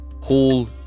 Hall